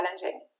challenging